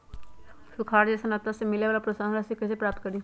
सुखार जैसन आपदा से मिले वाला प्रोत्साहन राशि कईसे प्राप्त करी?